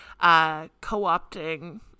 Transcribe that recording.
co-opting